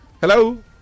Hello